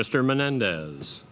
mr menendez